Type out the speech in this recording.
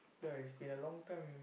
ya it's been a long time